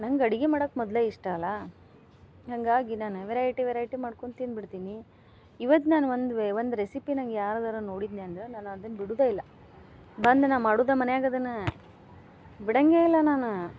ನಂಗೆ ಅಡಿಗೆ ಮಾಡಕ್ಕೆ ಮೊದಲೇ ಇಷ್ಟ ಅಲ್ಲಾ ಹಾಗಾಗಿ ನಾನು ವೆರೈಟಿ ವೆರೈಟಿ ಮಾಡ್ಕೊಂಡು ತಿಂದ್ಬಿಡ್ತೀನಿ ಇವತ್ತು ನಾನು ಒಂದು ವೇ ಒಂದು ರೆಸಿಪಿ ನಂಗೆ ಯಾವ್ದರ ನೋಡಿದ್ನಿ ಅಂದ್ರೆ ನಾನು ಅದನ್ನ ಬಿಡುದೇ ಇಲ್ಲ ಬಂದು ನಾನು ಮಾಡುದ ಮನ್ಯಾಗ ಅದನ್ನ ಬಿಡಂಗೇ ಇಲ್ಲ ನಾನು